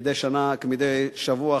כמדי שבוע,